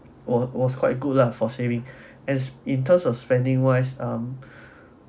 wa~ was quite good lah for saving as in terms of spending wise um